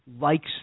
likes